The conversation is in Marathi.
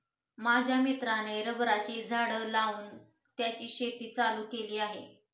माझ्या मित्राने रबराची झाडं लावून त्याची शेती चालू केली आहे